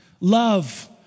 Love